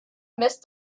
missed